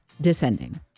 descending